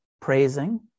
praising